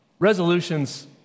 resolutions